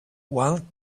one